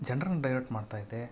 ಜನ್ರನ್ನು divert ಮಾಡ್ತಾ ಐತೆ